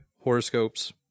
horoscopes